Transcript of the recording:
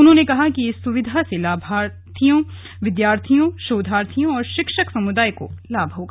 उन्होंने कहा कि इस सुविधा से विद्यार्थियों शोधार्थियों और शिक्षक समुदाय को लाभ होगा